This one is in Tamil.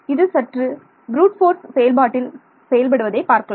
இது சற்று ப்ரூட் போர்ஸ் செயல்பாட்டில் செயல்படுவதை பார்க்கலாம்